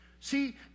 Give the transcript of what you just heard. See